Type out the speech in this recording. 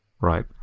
right